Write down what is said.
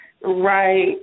Right